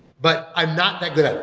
but i'm not that good at it,